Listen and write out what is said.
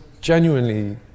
genuinely